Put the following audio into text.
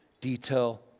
detail